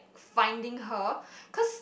finding her cause